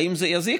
האם זה יזיק?